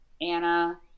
Anna